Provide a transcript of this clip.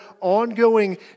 ongoing